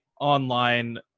online